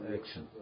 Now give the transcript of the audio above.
action